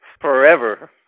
forever